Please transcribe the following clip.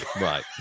right